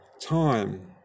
time